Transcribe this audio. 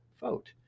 vote